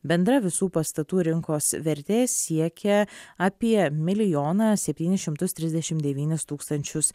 bendra visų pastatų rinkos vertė siekia apie milijoną septynis šimtus trisdešim devynis tūkstančius